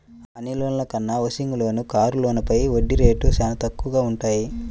అన్ని లోన్ల కన్నా హౌసింగ్ లోన్లు, కారు లోన్లపైన వడ్డీ రేట్లు చానా తక్కువగా వుంటయ్యి